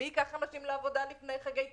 מי ייקח אנשים לעבודה לפני חגי תשרי?